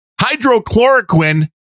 hydrochloroquine